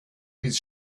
his